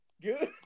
Good